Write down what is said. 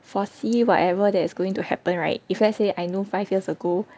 foresee whatever that is going to happen right if let's say I know five years ago